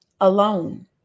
alone